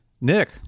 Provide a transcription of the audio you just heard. Nick